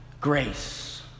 grace